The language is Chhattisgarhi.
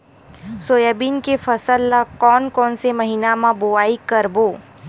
सोयाबीन के फसल ल कोन कौन से महीना म बोआई करबो?